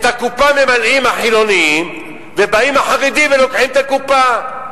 את הקופה ממלאים החילונים ובאים החרדים ולוקחים את הקופה,